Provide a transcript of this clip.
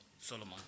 Solomon